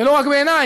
ולא רק בעיני,